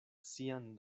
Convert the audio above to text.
sian